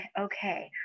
okay